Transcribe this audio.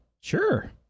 Sure